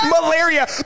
Malaria